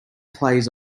plays